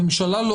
הממשלה לא